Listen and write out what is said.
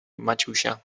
maciusia